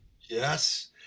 Yes